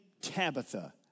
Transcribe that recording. Tabitha